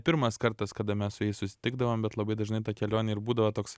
pirmas kartas kada mes su jais susitikdavom bet labai dažnai ta kelionė ir būdavo toks